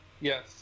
Yes